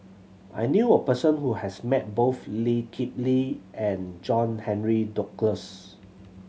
I knew a person who has met both Lee Kip Lee and John Henry Duclos